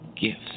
gifts